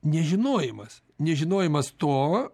nežinojimas nežinojimas to